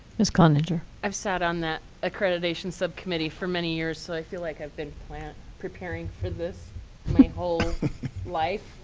ms cloninger. i've sat on that accreditation subcommittee for many years. so i feel like i've been preparing for this my whole life.